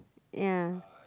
ya